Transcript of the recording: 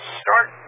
start